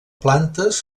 plantes